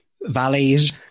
valleys